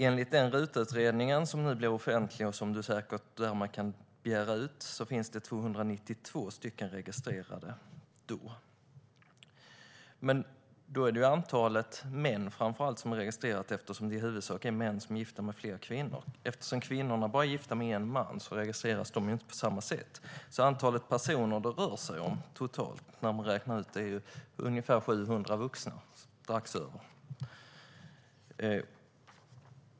Enligt RUT-utredningen, som nu blir offentlig och som man därmed säkert kan begära ut, finns det 292 registrerade. Men då är det framför allt antalet män som är registrerat, eftersom det i huvudsak är män som är gifta med flera kvinnor. Eftersom kvinnorna bara är gifta med en man registreras de inte på samma sätt. Det totala antalet personer som det rör sig om när man räknar ut det är strax över 700 vuxna.